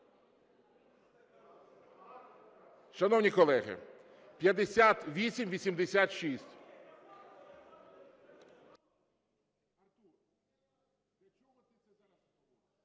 Шановні колеги, 5886.